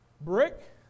Brick